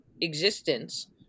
existence